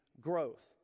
growth